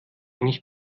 nicht